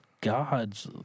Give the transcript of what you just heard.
God's